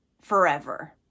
forever